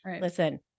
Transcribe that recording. Listen